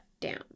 down